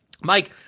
Mike